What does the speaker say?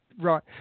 right